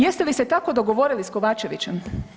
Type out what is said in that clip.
Jeste li se tako dogovorili s Kovačevićem?